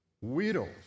widows